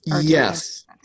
yes